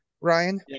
Ryan